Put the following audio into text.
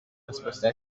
respuesta